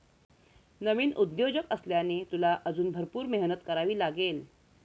नवीन उद्योजक असल्याने, तुला अजून भरपूर मेहनत करावी लागेल